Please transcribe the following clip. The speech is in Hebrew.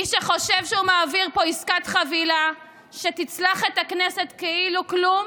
מי שחושב שהוא מעביר פה עסקת חבילה שתצלח את הכנסת כאילו כלום,